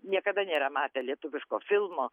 niekada nėra matę lietuviško filmo